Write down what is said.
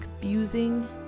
confusing